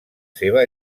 seva